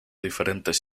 diferentes